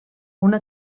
una